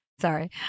Sorry